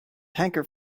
tanker